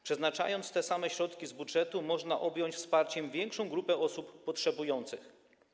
Przeznaczając te same środki z budżetu, można objąć wsparciem większą grupę osób potrzebujących.